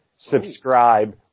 Subscribe